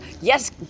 yes